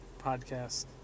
podcast